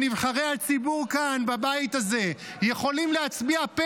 שנבחרי הציבור כאן בבית הזה יכולים להצביע פה